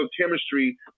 chemistry